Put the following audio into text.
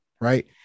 Right